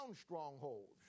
strongholds